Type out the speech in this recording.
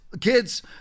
kids